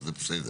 זה בסדר.